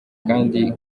kandi